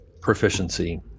proficiency